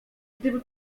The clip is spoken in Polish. gdyby